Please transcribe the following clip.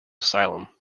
asylum